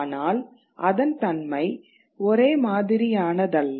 ஆனால் அதன் தன்மை ஒரே மாதிரியானதல்ல